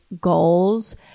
goals